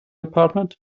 apartment